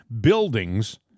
buildings